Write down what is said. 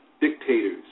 dictators